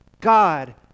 God